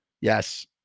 Yes